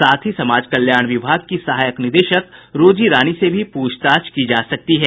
साथ ही समाज कल्याण विभाग की सहायक निदेशक रोजी रानी से भी पूछताछ की जा सकती है